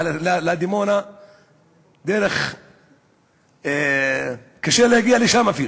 דרך קשה להגיע אפילו,